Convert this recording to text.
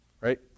Right